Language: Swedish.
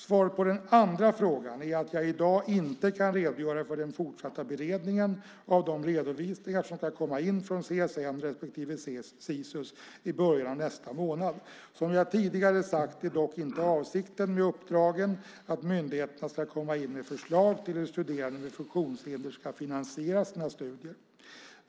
Svaret på den andra frågan är att jag i dag inte kan redogöra för den fortsatta beredningen av de redovisningar som ska komma in från CSN respektive Sisus i början av nästa månad. Som jag tidigare sagt är dock inte avsikten med uppdragen att myndigheterna ska komma in med förslag till hur studerande med funktionshinder ska finansiera sina studier.